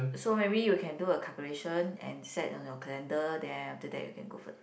so maybe you can do a calculation and set on your calendar then after that you can go for